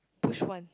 push once